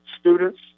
students